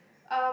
um